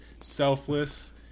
selfless